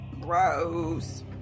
Gross